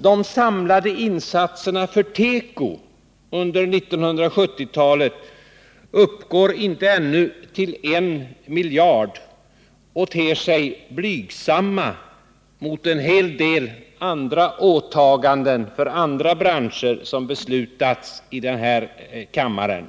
De samlade insatserna för teko under 1970-talet uppgår ännu inte till I miljard kronor och ter sig blygsamma gentemot en hel del andra åtaganden för vissa branscher som beslutats i denna kammare.